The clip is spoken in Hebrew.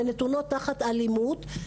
ונתונות תחת אלימות,